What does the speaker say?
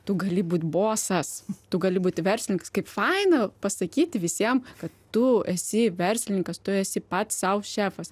tu gali būti bosas tu gali būti verslininkas kaip faina pasakyti visiems kad tu esi verslininkas tu esi pats sau šefas